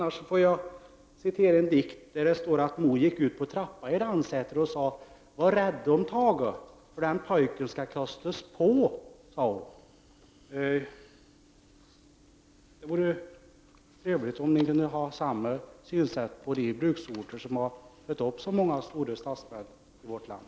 Jag vill citera en dikt i vilken mor på förstutrappan i Ransäter säger: ”Var rädd om Tage, den pojken skall kostas på.” Det vore trevligt om ni kunde ha samma synsätt på de bruksorter som fört fram så många stora statsmän i vårt land.